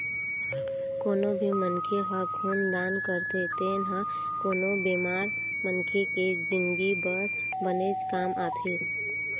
कोनो भी मनखे ह खून दान करथे तेन ह कोनो बेमार मनखे के जिनगी बर बनेच काम आथे